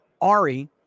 Ari